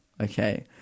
okay